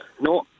No